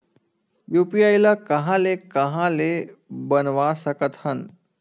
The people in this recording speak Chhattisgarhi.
यू.पी.आई ल कहां ले कहां ले बनवा सकत हन?